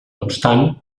obstant